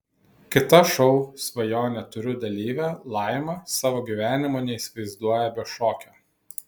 kita šou svajonę turiu dalyvė laima savo gyvenimo neįsivaizduoja be šokio